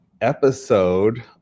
episode